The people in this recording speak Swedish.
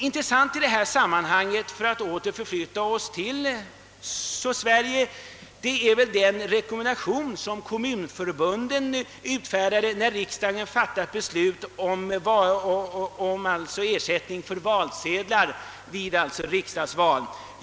Intressant i det här sammanhanget är — för att åter förflytta oss till Sverige — den rekommendation som kommunförbunden utfärdade när riksdagen fattade beslut om ersättning för valsedlar vid riksdagsval.